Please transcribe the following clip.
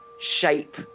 shape